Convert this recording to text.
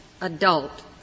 adult